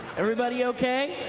everybody okay?